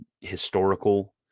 historical